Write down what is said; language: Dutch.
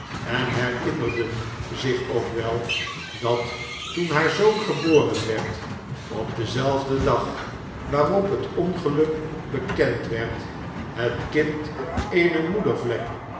en herinnerden zich ook wel dat toen haar zoon geboren werd op denzelfden dag waarop het ongeluk bekend werd het kind eene moedervlek